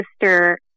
sister